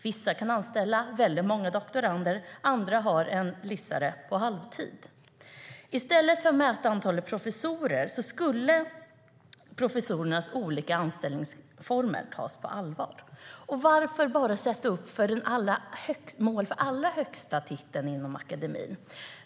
Vissa kan anställa väldigt många doktorander; andra har en licentiand på halvtid.I stället för att mäta antalet professorer skulle professorernas olika anställningsvillkor tas på allvar. Och varför bara sätta upp mål för den absolut högsta titeln inom akademin?